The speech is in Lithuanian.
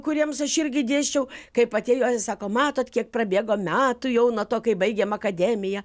kuriems aš irgi dėsčiau kaip atėjo ir sako matot kiek prabėgo metų jau nuo to kai baigėm akademiją